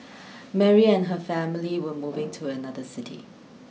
Mary and her family were moving to another city